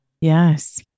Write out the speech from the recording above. Yes